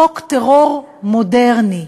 חוק טרור מודרני.